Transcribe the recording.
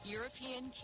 European